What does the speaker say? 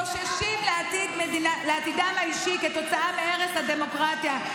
שחוששים לעתידם האישי כתוצאה מהרס הדמוקרטיה,